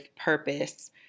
purpose